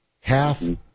Hath